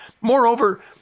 Moreover